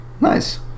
Nice